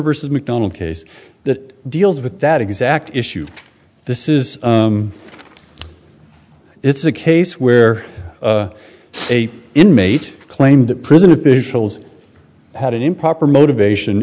versus mcdonald case that deals with that exact issue this is it's a case where a inmate claimed that prison officials had an improper motivation